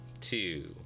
two